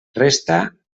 resta